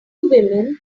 women